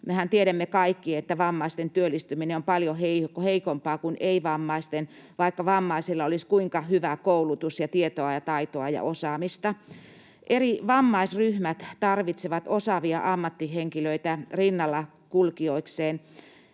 Mehän tiedämme kaikki, että vammaisten työllistyminen on paljon heikompaa kuin ei-vammaisten, vaikka vammaisilla olisi kuinka hyvä koulutus ja tietoa ja taitoa ja osaamista. Eri vammaisryhmät tarvitsevat TE-toimistoihin osaavia ammattihenkilöitä rinnallakulkijoikseen,